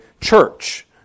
church